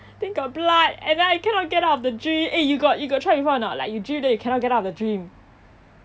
then got blood and then I cannot get out of the dream eh you got you got try before or not like you dream then you cannot get out of the dream